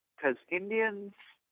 as indians,